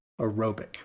aerobic